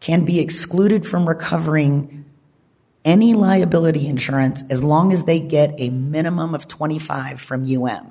can be excluded from recovering any liability insurance as long as they get a minimum of twenty five from us